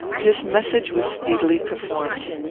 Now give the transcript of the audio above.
this message was speedily performed.